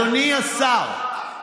אדוני השר,